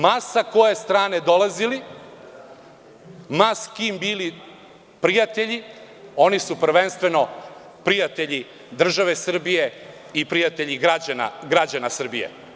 Ma sa koje strane dolazili, ma s kim bili prijatelji, oni su prvenstveno prijatelji države Srbije i prijatelji građana Srbije.